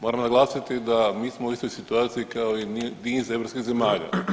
Moram naglasiti da mi smo u istoj situaciju kao i niz europskih zemalja.